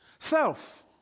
Self